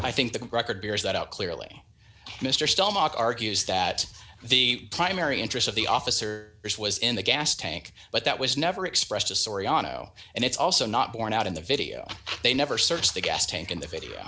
i think the record bears that out clearly mr stelmach argues that the primary interest of the officer is was in the gas tank but that was never expressed as soriano and it's also not borne out in the video they never searched the gas tank in the video